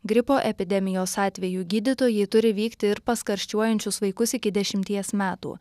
gripo epidemijos atveju gydytojai turi vykti ir pas karščiuojančius vaikus iki dešimties metų